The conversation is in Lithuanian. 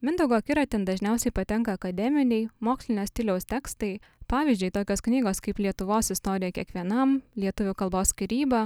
mindaugo akiratin dažniausiai patenka akademiniai mokslinio stiliaus tekstai pavyzdžiui tokios knygos kaip lietuvos istorija kiekvienam lietuvių kalbos skyryba